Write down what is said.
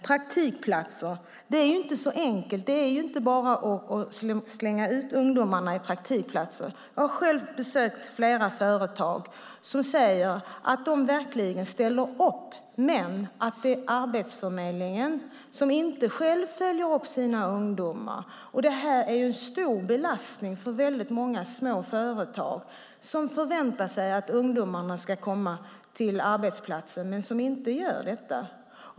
Praktikplatser: Det är inte så enkelt. Det är inte bara att slänga ut ungdomarna i praktikplatser. Jag har själv besökt flera företag som säger att de verkligen ställer upp men att Arbetsförmedlingen själv inte följer upp sina ungdomar. Det är en stor belastning för många små företag, som förväntar sig att ungdomarna ska komma till arbetsplatsen men inte gör det.